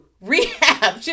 rehab